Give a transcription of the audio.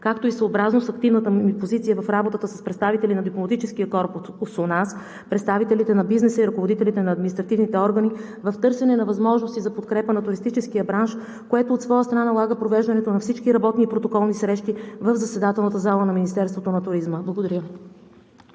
както и съобразно с активната му позиция в работата с представители на Дипломатическия корпус у нас, представителите на бизнеса и ръководителите на административните органи в търсене на възможност за подкрепа на туристическия бранш, което от своя страна налага провеждането на всички работни и протоколни срещи в заседателната зала на Министерството на туризма. Благодаря.